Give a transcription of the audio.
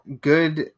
good